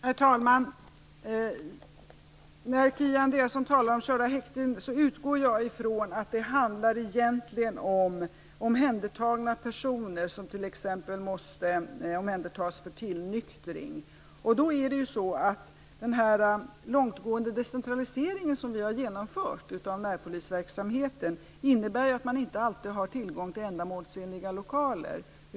Herr talman! Kia Andreasson talar om att köra till häkten. Jag utgår från att det egentligen handlar om personer som t.ex. måste omhändertas för tillnyktring. Den långtgående decentralisering som vi har genomfört av närpolisverksamheten innebär ju att man inte alltid har tillgång till ändamålsenliga lokaler.